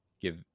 give